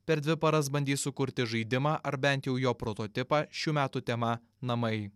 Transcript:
per dvi paras bandys sukurti žaidimą ar bent jau jo prototipą šių metų tema namai